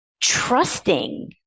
trusting